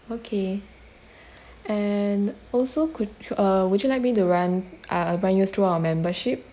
okay and also could uh would you like me to run uh run you through our membership